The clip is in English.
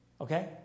Okay